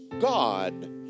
God